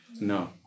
no